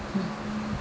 mm